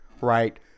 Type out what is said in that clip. Right